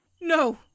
No